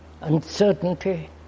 uncertainty